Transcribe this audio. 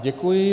Děkuji.